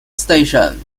station